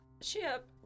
Ship